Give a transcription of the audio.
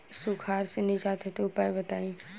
सुखार से निजात हेतु उपाय बताई?